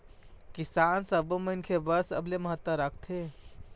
किसान सब्बो मनखे बर सबले महत्ता राखथे